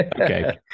okay